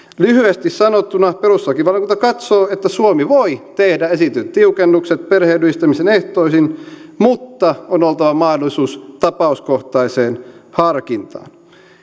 lyhyesti sanottuna perustuslakivaliokunta katsoo että suomi voi tehdä esitetyt tiukennukset perheenyhdistämisen ehtoihin mutta on oltava mahdollisuus tapauskohtaiseen harkintaan